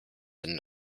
and